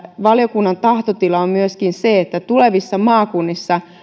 valiokunnan tahtotila on myöskin se että tulevissa maakunnissa jokaisessa